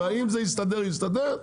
ואם זה יסתדר יסתדר,